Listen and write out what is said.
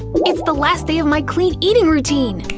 it's the last day of my clean-eating routine!